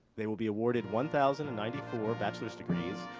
there will be awarded one thousand and ninety four bachelor's degrees,